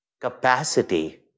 capacity